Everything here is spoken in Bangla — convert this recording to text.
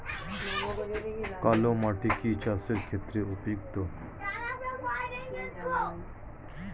কালো মাটি কি চাষের ক্ষেত্রে উপযুক্ত?